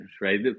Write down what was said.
right